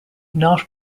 not